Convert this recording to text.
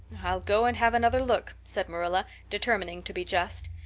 i'll go and have another look, said marilla, determining to be just.